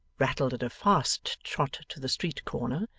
rattled at a fast trot to the street corner,